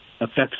affects